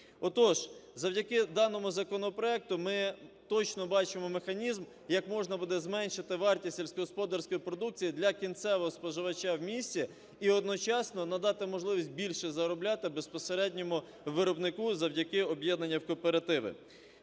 Отож, завдяки даному законопроекту ми точно бачимо механізм, як можна буде зменшити вартість сільськогосподарської продукції для кінцевого споживача в місті і одночасно надати можливість більше заробляти безпосередньому виробнику завдяки об'єднання в кооперативи.